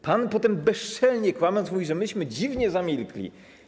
Pan potem, bezczelnie kłamiąc, mówi, że myśmy dziwnie zamilkli.